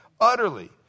utterly